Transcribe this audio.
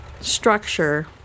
structure